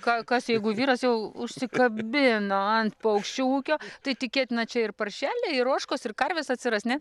ką kas jeigu vyras jau užsikabino ant paukščių ūkio tai tikėtina čia ir paršeliai ir ožkos ir karvės atsiras ne